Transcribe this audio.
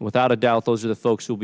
without a doubt those are the folks w